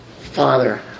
Father